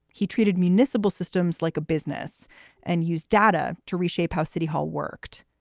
he treated municipal systems like a business and used data to reshape how city hall worked.